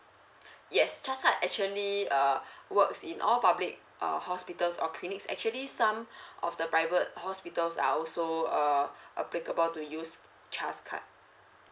yes chas card actually uh works in all public uh hospitals or clinics actually some of the private hospitals are also err applicable to use chas card